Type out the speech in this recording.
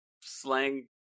slang